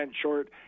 short